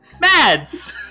Mads